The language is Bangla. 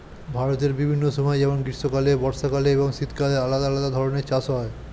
ভারতের বিভিন্ন সময় যেমন গ্রীষ্মকালে, বর্ষাকালে এবং শীতকালে আলাদা আলাদা ধরনের চাষ হয়